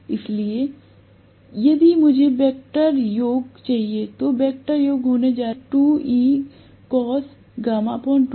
इसलिए यदि मुझे वेक्टर योग चाहिए तो वेक्टर योग होने जा रहा है